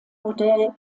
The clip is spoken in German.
modell